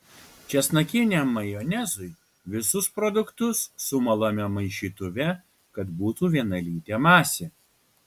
česnakiniam majonezui visus produktus sumalame maišytuve kad būtų vienalytė masė